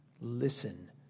listen